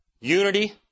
Unity